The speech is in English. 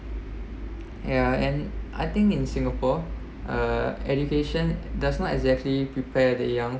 yeah and I think in singapore uh education does not exactly prepare the young